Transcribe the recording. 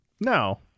No